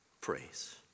praise